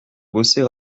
bosser